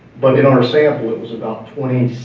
but in our sample it was about twenty